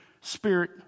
spirit